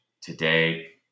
today